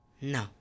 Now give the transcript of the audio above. No